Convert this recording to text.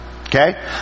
Okay